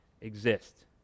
exist